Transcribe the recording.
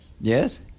Yes